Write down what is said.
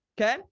Okay